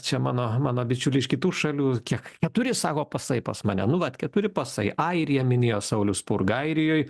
čia mano mano bičiuliai iš kitų šalių kiek keturi sako pasai pas mane nu vat keturi pasai airiją minėjo saulius spurga airijoj